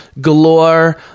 galore